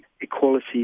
equality